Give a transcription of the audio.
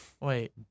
wait